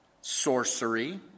sorcery